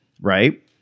right